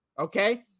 Okay